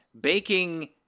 baking